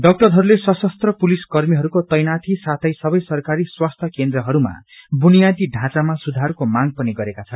डाक्टरहरूले सशस्त्र पुलिस कर्मीहरूको तैनाथी साथै सबै सरकारी स्वास्थ्य केन्द्रहरूमा बुनियादी ढाँचाामा सुधरको मांग पनि गरेका छन्